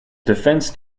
defense